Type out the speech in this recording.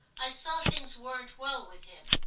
i saw things weren't well with him,